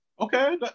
Okay